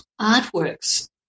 Artworks